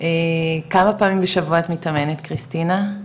כמה פעמים בשבוע את מתאמנת קריסטינה?